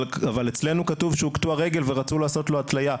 אבל אצלנו כתוב שהוא קטוע רגל ורצו לעשות לו התליה.